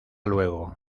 luego